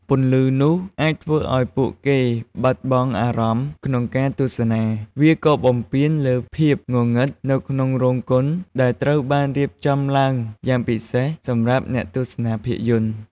ពន្លឺនោះអាចធ្វើឲ្យពួកគេបាត់បង់អារម្មណ៍ក្នុងការទស្សនា វាក៏បំពានលើភាពងងឹតនៅក្នុងរោងកុនដែលត្រូវបានរៀបចំឡើងយ៉ាងពិសេសសម្រាប់អ្នកទស្សនាភាពយន្ត។